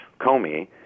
Comey